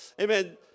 Amen